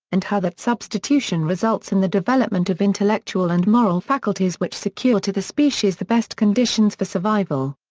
and how that substitution results in the development of intellectual and moral faculties which secure to the species the best conditions for survival.